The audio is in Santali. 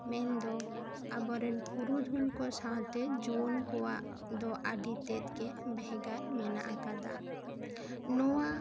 ᱢᱮᱱ ᱫᱚ ᱟᱵᱚ ᱨᱮᱱ ᱯᱩᱨᱩᱫᱷᱩᱞ ᱠᱚ ᱥᱟᱶᱛᱮ ᱡᱩᱭᱟᱹᱱ ᱠᱚᱣᱟᱜ ᱫᱚ ᱟᱹᱰᱤ ᱛᱮᱫ ᱜᱮ ᱵᱷᱮᱜᱟᱨ ᱢᱮᱱᱟᱜ ᱟᱠᱟᱫᱟ ᱱᱚᱣᱟ